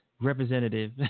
representative